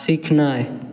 सीखनाय